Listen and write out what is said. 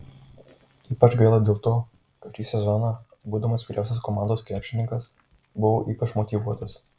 ypač gaila dėl to kad šį sezoną būdamas vyriausias komandos krepšininkas buvau ypač motyvuotas